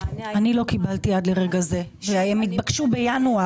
המענה היה --- אני לא קיבלתי עד לרגע זה והם התבקשו בינואר.